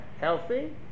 healthy